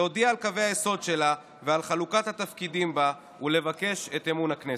להודיע על קווי היסוד שלה ועל חלוקת התפקידים בה ולבקש את אמון הכנסת.